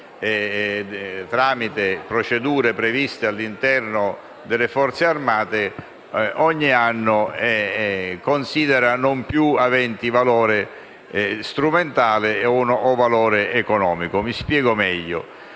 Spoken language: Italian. tramite procedure previste all'interno delle Forze armate, ogni anno considera non più aventi valore strumentale o valore economico. Mi spiego meglio.